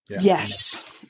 Yes